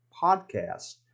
podcast